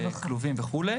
כלובים וכו'.